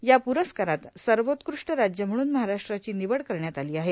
या प्रस्कारात सर्वोकृष्ट राज्य म्हणून महाराष्ट्राची निवड करण्यात आली आहे